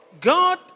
God